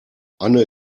anne